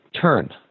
Turn